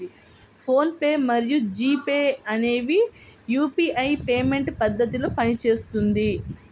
phone pay మరియు G Pay అనేవి UPI payment పద్ధతిలో పనిచేస్తుంది